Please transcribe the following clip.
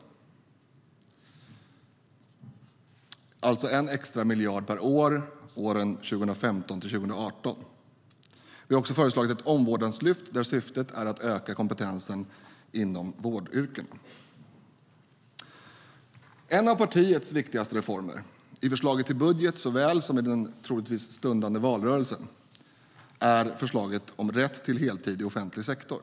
Det är alltså 1 miljard extra per år för åren 2015-2018.En av partiets viktigaste reformer - i förslaget till budget såväl som i den troligtvis stundande valrörelsen - är förslaget om rätt till heltid i offentlig sektor.